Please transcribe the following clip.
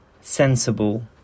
sensible